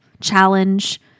challenge